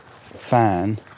fan